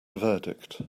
verdict